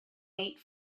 mate